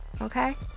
okay